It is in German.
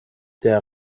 der